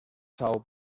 são